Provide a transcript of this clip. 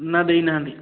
ନା ଦେଇ ନାହାନ୍ତି